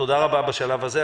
תודה רבה בשלב הזה.